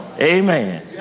amen